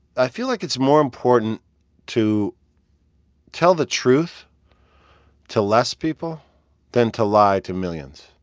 i feel like it's more important to tell the truth to less people than to lie to millions